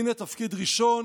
הינה תפקיד ראשון,